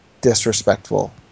disrespectful